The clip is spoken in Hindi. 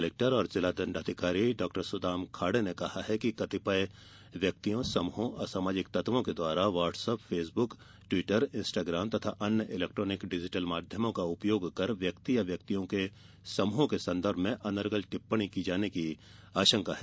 कलेक्टर एवं जिला दण्डाधिकारी डॉ सुदाम खाड़े ने कहा कि कतिपय व्यक्तियों समूहों असामाजिक तत्वों के द्वारा व्हाटसप फेसबुक ट्वीटर इस्टाग्राम तथा अन्य इलेक्ट्रानिक डिजिटल माध्यमों का उपयोग कर व्यक्ति या व्यक्तियों के समुहों के संदर्भ में अनर्गल टिप्पणी की जाने की आषंका है